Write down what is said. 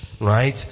right